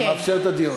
אז אתה מאפשר את הדיון.